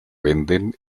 venden